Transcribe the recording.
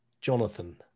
Jonathan